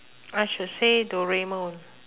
I should say doraemon